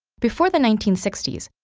before the nineteen sixty s,